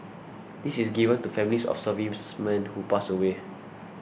this is given to families of servicemen who pass away